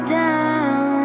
down